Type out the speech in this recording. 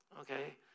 Okay